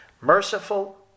Merciful